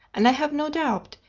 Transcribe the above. and i have no doubt,